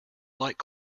like